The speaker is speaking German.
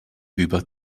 über